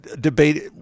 debate